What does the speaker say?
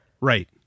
Right